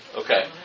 Okay